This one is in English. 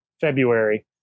February